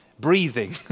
breathing